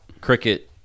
cricket